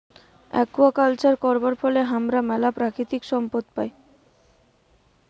aquaculture করবার ফলে হামরা ম্যালা প্রাকৃতিক সম্পদ পাই